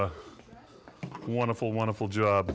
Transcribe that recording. a wonderful wonderful job